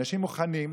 אנשים מוכנים,